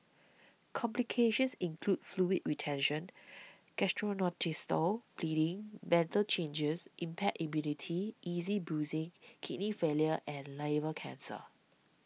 complications include fluid retention gastrointestinal bleeding mental changes impaired immunity easy bruising kidney failure and liver cancer